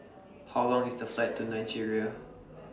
How Long IS The Flight to Nigeria